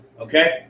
Okay